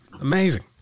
amazing